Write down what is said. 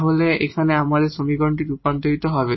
তাহলে এখানে আমাদের সমীকরণটি রূপান্তরিত হবে